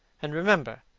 and, remember,